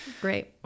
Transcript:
Great